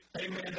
amen